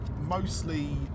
mostly